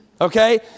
okay